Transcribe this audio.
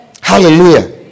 Hallelujah